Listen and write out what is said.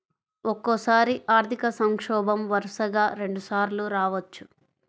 ఒక్కోసారి ఆర్థిక సంక్షోభం వరుసగా రెండుసార్లు రావచ్చు